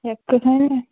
یہ کٕہۭنۍ نہٕ